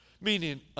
meaning